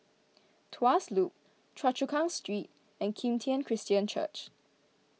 Tuas Loop Choa Chu Kang Street and Kim Tian Christian Church